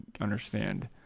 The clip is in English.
understand